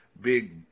big